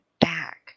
back